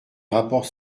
rapports